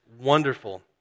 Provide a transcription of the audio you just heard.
wonderful